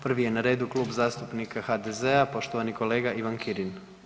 Prvi je na redu Klub zastupnika HDZ-a i poštovani kolega Ivan Kirin.